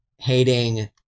Hating